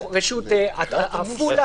עפולה,